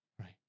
right